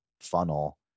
funnel